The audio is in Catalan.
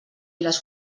les